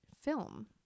film